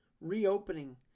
Reopening